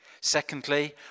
Secondly